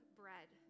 bread